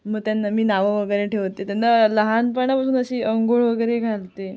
मग त्यांना मी नावं वगैरे ठेवते त्यांना लहानपणापासून अशी अंघोळ वगैरे घालते